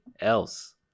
else